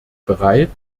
bereit